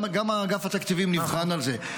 גם אגף התקציבים נבחן על זה,